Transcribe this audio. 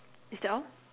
is that all